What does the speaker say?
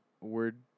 word